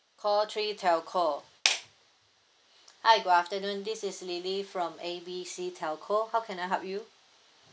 call three telco hi good afternoon this is lily from A B C telco how can I help you